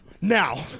Now